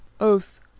oath